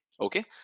okay